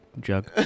jug